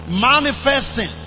manifesting